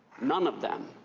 none of them.